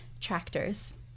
tractors